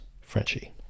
Frenchie